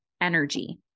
energy